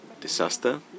disaster